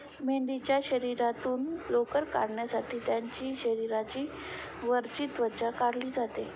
मेंढीच्या शरीरातून लोकर काढण्यासाठी त्यांची शरीराची वरची त्वचा काढली जाते